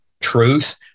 truth